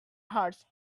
hearts